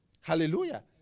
Hallelujah